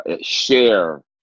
share